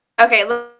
Okay